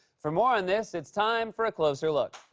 for more on this, it's time for a closer look.